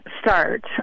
start